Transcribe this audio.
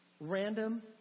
random